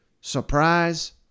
surprise